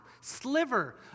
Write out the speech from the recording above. sliver